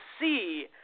see